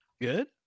good